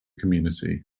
community